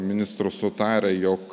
ministru sutarę jog